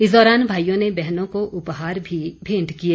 इस दौरान भाईयों ने बहनों को उपहार भी भेंट किए